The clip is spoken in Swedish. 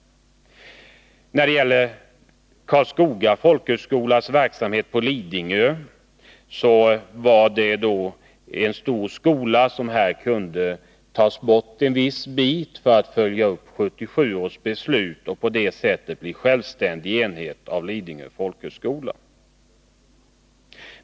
Karlskoga folkhögskola med verksamheten på Lidingö är tillsammans en stor skola, där man nu kunde ta bort en viss bit för att följa upp 1977 års beslut. Skolan kunde på det sättet göra en självständig enhet av Lidingö folkhögskola.